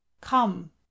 come